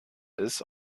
ist